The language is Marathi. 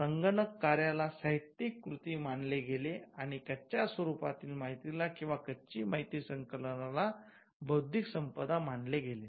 संगणक कार्याला साहित्यिक कृती मानले गेले आणि कच्या स्वरूपातील माहितीला किंवा कच्ची माहिती संकलनाला बौद्धिक संपदा मानले गेले